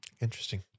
Interesting